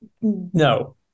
No